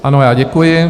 Ano, děkuji.